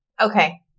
Okay